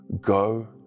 Go